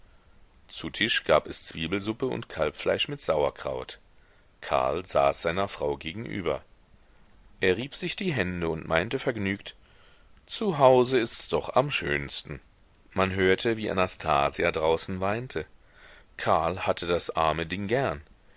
zu tisch gab es zwiebelsuppe und kalbfleisch mit sauerkraut karl saß seiner frau gegenüber er rieb sich die hände und meinte vergnügt zu hause ists doch am schönsten man hörte wie anastasia draußen weinte karl hatte das arme ding gern